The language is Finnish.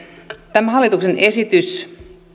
tämä hallituksen esitys